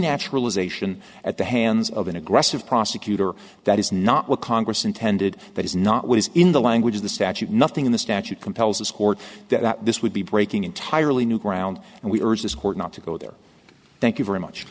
naturalization at the hands of an aggressive prosecutor that is not what congress intended that is not what is in the language of the statute nothing in the statute compels this court that this would be breaking entirely new ground and we urge this court not to go there thank you very much